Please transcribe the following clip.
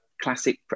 classic